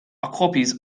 occupies